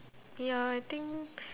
ya I think